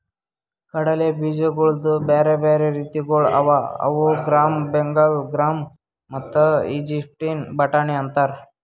ಕಡಲೆ ಬೀಜಗೊಳ್ದು ಬ್ಯಾರೆ ಬ್ಯಾರೆ ರೀತಿಗೊಳ್ ಅವಾ ಅವು ಗ್ರಾಮ್, ಬೆಂಗಾಲ್ ಗ್ರಾಮ್ ಮತ್ತ ಈಜಿಪ್ಟಿನ ಬಟಾಣಿ ಅಂತಾರ್